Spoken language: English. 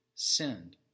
sinned